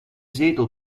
zetel